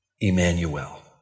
Emmanuel